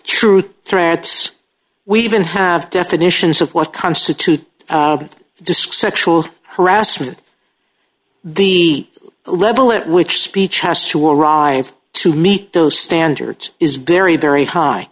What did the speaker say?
truth threats we even have definitions of what constitutes disc sexual harassment the level at which speech has to arrive to meet those standards is very very high